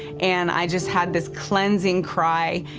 and i just had this cleansing cry.